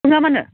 बुङा मानो